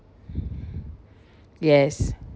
yes